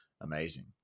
amazing